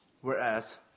Whereas